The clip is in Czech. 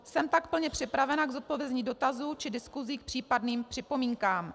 Jsem pak plně připravena k zodpovězení dotazů či diskusi k případným připomínkám.